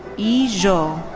yi zhou.